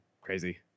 crazy